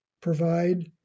provide